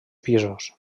pisos